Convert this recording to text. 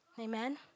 Amen